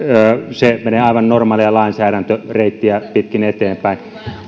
se menee aivan normaalia lainsäädäntöreittiä pitkin eteenpäin